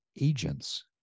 agents